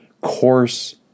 coarse